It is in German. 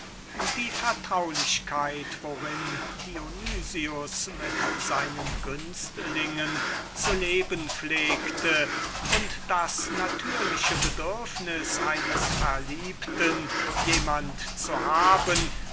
die vertraulichkeit worin dionys mit seinen günstlingen zu leben pflegte und das natürliche bedürfnis eines verliebten jemand zu haben